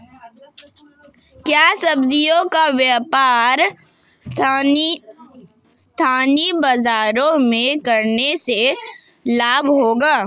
क्या सब्ज़ियों का व्यापार स्थानीय बाज़ारों में करने से लाभ होगा?